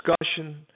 discussion